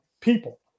people